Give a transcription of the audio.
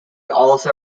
also